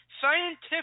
scientific